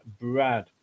Brad